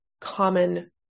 common